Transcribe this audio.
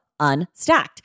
Unstacked